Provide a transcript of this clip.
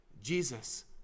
Jesus